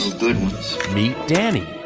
good ones meet danny,